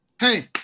Hey